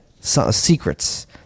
secrets